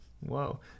Whoa